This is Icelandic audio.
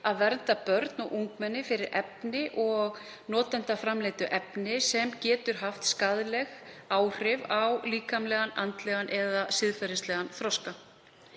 að vernda börn og ungmenni fyrir efni og notendaframleiddu efni sem getur haft skaðleg áhrif á líkamlegan, andlegan eða siðferðislegan þroska.